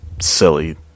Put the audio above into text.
silly